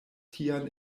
tian